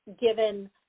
given